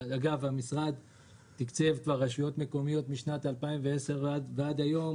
אגב המשרד תקצב רשויות מקומיות כבר משנת 2010 ועד היום